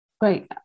Great